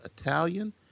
Italian